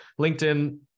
LinkedIn